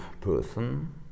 person